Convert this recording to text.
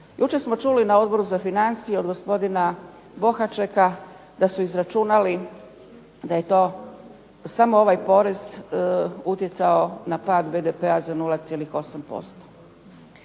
Jučer smo čuli na Odboru za financije od gospodina Bohačeka da su izračunali da je to samo ovaj porez utjecao na pad BDP-a za 0,8%.